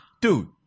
dude